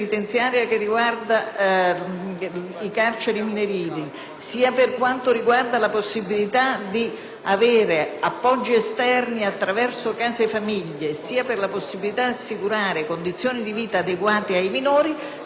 sia per la possibilità di avere appoggi esterni attraverso case famiglia, sia per la possibilità di assicurare condizioni di vita adeguate ai minori, ritengo che questi tagli siano particolarmente pericolosi